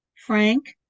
Frank